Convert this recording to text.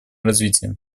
развития